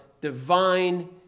divine